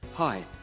Hi